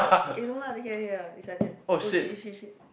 eh no lah here here here this one this one oh shit shit shit